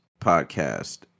Podcast